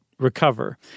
recover